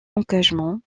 engagement